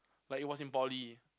like it was in Poly